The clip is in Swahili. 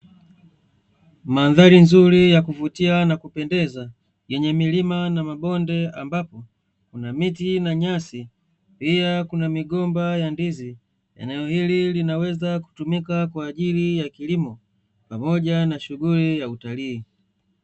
Mandhari nzuri ya kuvutia na kupendeza, yenye milima na mabonde ambapo kuna miti na nyasi, pia kuna migomba ya ndizi. Eneo hili linaweza kutumika kwa ajili ya kilimo pamoja na shughuli ya utalii.